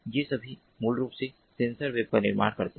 ये सभी मूल रूप से सेंसर वेब का निर्माण करते हैं